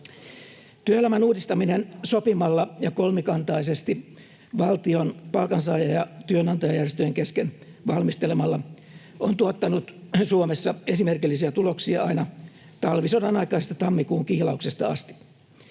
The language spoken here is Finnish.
Työelämän uudistaminen sopimalla ja kolmikantaisesti valtion, palkansaaja- ja työnantajajärjestöjen kesken valmistelemalla on tuottanut Suomessa esimerkillisiä tuloksia aina talvisodan aikaisesta tammikuun kihlauksesta asti.